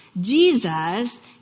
Jesus